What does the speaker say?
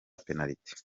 penaliti